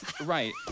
right